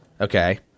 okay